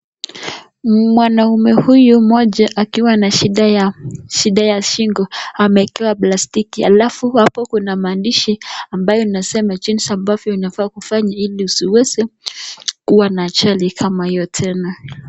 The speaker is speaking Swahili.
Mwanaume huyu mmoja akiwa na shida ya shingo ameekewa plastiki alafu hapo kuna maandishi ambayo inasema jinsi ambavyo unafaa kufanya ili usiweze kuwa na ajali kama hiyo tena.